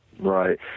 Right